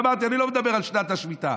ואמרתי, אני לא מדבר על שנת השמיטה.